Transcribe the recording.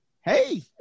Hey